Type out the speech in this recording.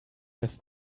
have